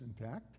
intact